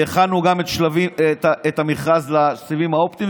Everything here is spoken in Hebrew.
והכנו גם את המכרז לסיבים האופטיים,